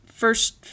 First